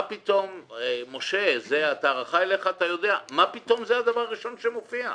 מה פתאום זה הדבר הראשון שמופיע?